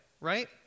right